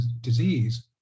disease